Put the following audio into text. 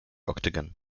octagon